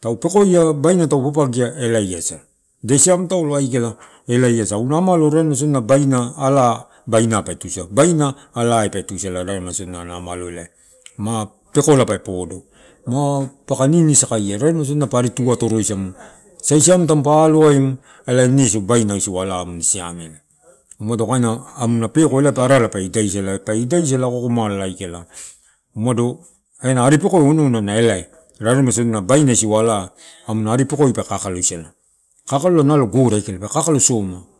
taupekoia, baina tau papagia ela na siam gesi. Ida siam taulo aikala elai, eh, asa, baina ala pe tuisala, ala baina ala pa tuisala, elae na, alo, elai, ma, pekola pe podo. Ma peke nini sakaia, raremaisodina a, pa tu atoroisamu, saisiam tamupa alo emu, elae ine baina isiu ala amana siamela, umado amuna peko arala pe, ida sala ako ako mala aika, umado onouna na elae, raremaisodina baina isiu alau amuna peko pe kakaloisala, ena aripekoi kakalola gore aka, pe kakalosoma.